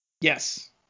Yes